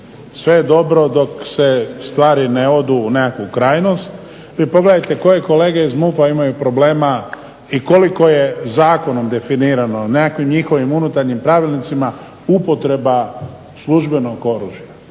sve je dobro dok stvari ne odu nekakvu krajnost. Vi pogledajte koje kolege iz MUP-a imaju problema i koliko je zakonom definirano, nekakvim njihovim unutarnjim pravilnicima upotreba službenog oružja